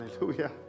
hallelujah